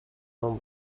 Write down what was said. mam